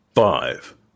Five